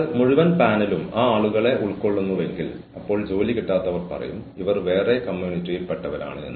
ഉൾപ്പെട്ട ആളുകളുടെ ഉൽപ്പാദനക്ഷമതയിൽ ഇത് ഓഫീസിനെ എങ്ങനെ എത്രമാത്രം സ്വാധീനിക്കുന്നുവെന്ന് ഓഫീസ് നിർണ്ണയിക്കണം